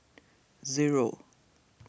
zero